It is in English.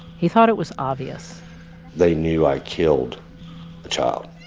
he thought it was obvious they knew i killed the child.